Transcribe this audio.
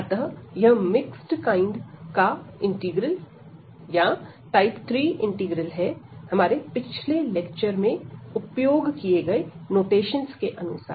अतः यह mix kind integral या टाइप 3 इंटीग्रल है हमारे पिछले लेक्चर में उपयोग किए गए नोटेशंस के अनुसार